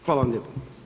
Hvala vam lijepo.